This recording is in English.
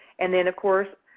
and then of course,